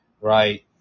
right